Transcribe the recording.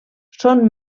són